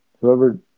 Whoever